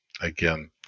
again